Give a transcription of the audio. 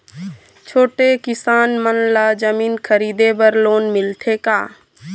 छोटे किसान मन ला जमीन खरीदे बर लोन मिलथे का?